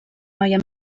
noia